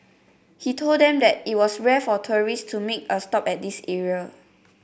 he told them that it was rare for tourists to make a stop at this area